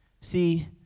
See